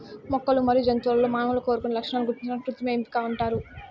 మొక్కలు మరియు జంతువులలో మానవులు కోరుకున్న లక్షణాలను గుర్తించడాన్ని కృత్రిమ ఎంపిక అంటారు